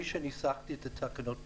אני שניסחתי את התקנות בעצם.